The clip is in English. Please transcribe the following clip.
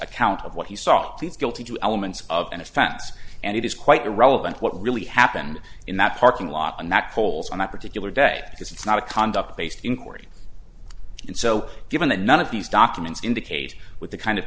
account of what he saw these guilty two elements of an offense and it is quite irrelevant what really happened in that parking lot and that poll's on that particular day because it's not a conduct based inquiry and so given that none of these documents indicate with the kind of